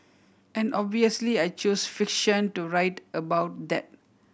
and obviously I choose fiction to write about that